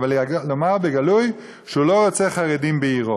אבל לומר בגלוי שהוא לא רוצה חרדים בעירו.